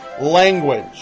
language